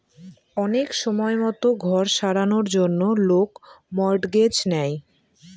অনেক সময়তো ঘর সারানোর জন্য লোক মর্টগেজ নেয়